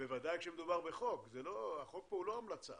בוודאי כשמדובר בחוק, החוק הוא לא המלצה.